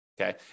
Okay